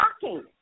shocking